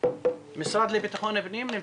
מהמשרד לבטחון פנים.